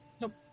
Nope